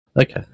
Okay